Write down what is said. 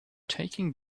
taking